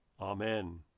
Amen